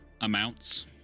amounts